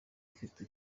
ufite